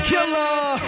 Killer